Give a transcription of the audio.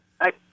Hi